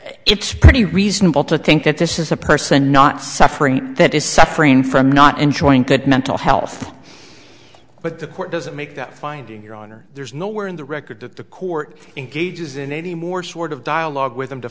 it's pretty reasonable to think that this is a person not suffering that is suffering from not enjoying good mental health but the court doesn't make that finding your honor there's nowhere in the record that the court engages in any more sort of dialogue with them to